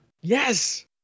yes